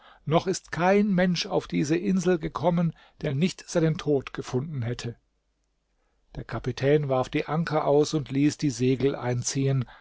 noch ist kein mensch auf diese insel gekommen der nicht seinen tod gefunden hätte der kapitän warf die anker aus und ließ die segel einziehen